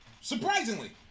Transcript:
Surprisingly